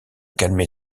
calmer